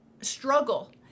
struggle